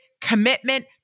commitment